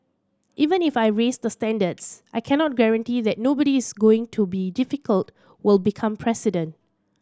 even if I raise the standards I cannot guarantee that nobody is going to be difficult will become president